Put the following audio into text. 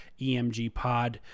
emgpod